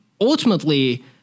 ultimately